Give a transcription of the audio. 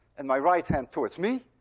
and my right hand towards me,